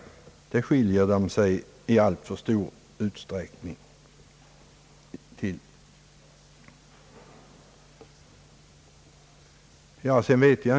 Därtill skiljer sig åsikterna i alltför stor utsträckning.